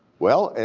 well,